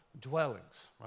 dwellings